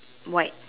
white